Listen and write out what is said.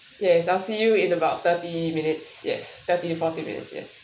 yes I'll see you in about thirty minutes yes thirty forty minutes yes